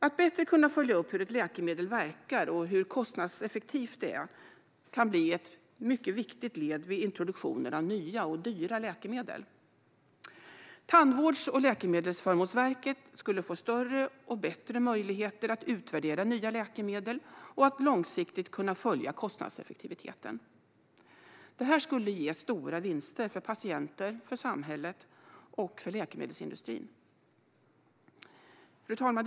Att bättre kunna följa upp hur ett läkemedel verkar och hur kostnadseffektivt det är kan bli ett mycket viktigt led vid introduktionen av nya och dyra läkemedel. Tandvårds och läkemedelsförmånsverket skulle få större och bättre möjligheter att utvärdera nya läkemedel och att långsiktigt kunna följa kostnadseffektiviteten. Det skulle ge stora vinster för patienter, för samhället och för läkemedelsindustrin. Fru talman!